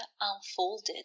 unfolded